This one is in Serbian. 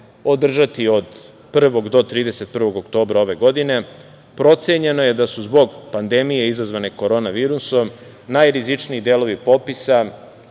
održati od 1. do 31. oktobra ove godine. Procenjeno je da su zbog pandemije izazvane korona virusom najrizičniji delovi popisa